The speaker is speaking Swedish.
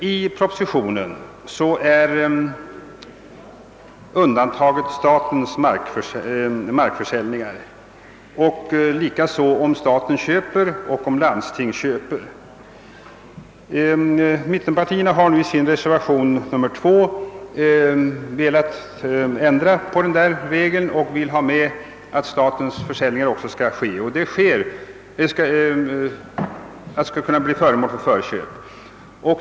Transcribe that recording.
I propositionen har man undantagit statens markförsäljningar liksom de fall då staten eller landstingen köper mark. Mittenpartiernas representanter har i reservation II velat ändra på denna regel och önskar att även statens försäljningar skall kunna bli föremål för förköp.